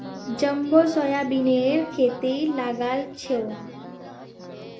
jumbo सोयाबीनेर खेती लगाल छोक